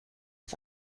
auf